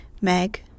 Meg